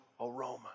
aroma